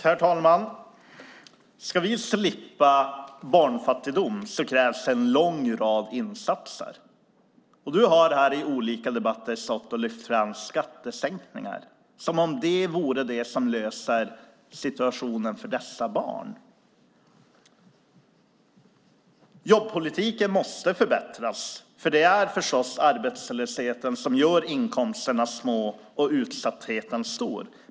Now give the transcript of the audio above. Herr talman! Om vi ska slippa barnfattigdom krävs en lång rad insatser. Göran Hägglund har i olika debatter lyft fram skattesänkningar som om det skulle lösa situationen för dessa barn. Jobbpolitiken måste förbättras, för det är förstås arbetslösheten som gör inkomsterna små och utsattheten stor.